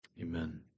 Amen